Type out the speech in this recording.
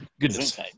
goodness